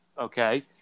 Okay